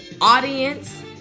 audience